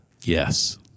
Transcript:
Yes